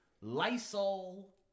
Lysol